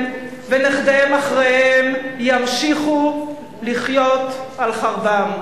ונכדיהם אחריהם ימשיכו לחיות על חרבם?